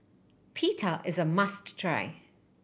pita is a must try